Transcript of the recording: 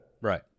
Right